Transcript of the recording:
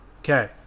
okay